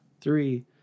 three